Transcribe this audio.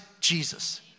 Jesus